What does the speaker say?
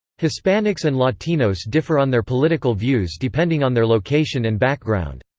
hispanics and latinos differ on their political views depending on their location and background.